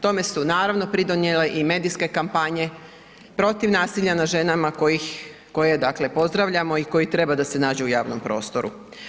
Tome su, naravno pridonijele i medijske kampanje protiv nasilja nad ženama koje ih, koje dakle pozdravljamo i koje treba da se nađu u javnom prostoru.